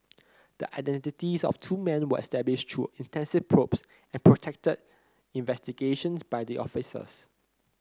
the identities of two men were established through intensive probes and protracted investigations by the officers